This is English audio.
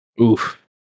oof